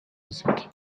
musique